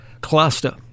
Cluster